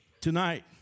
tonight